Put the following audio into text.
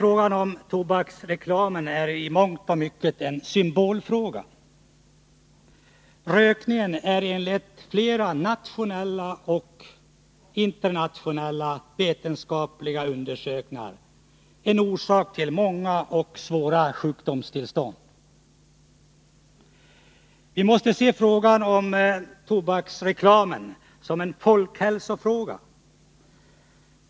Frågan om tobaksreklamen är i mångt och mycket en symbolfråga. Rökningen är enligt flera nationella och internationella vetenskapliga undersökningar en av orsakerna till många och svåra sjukdomstillstånd. Vi måste således se tobaksreklamen som en folkhälsofråga.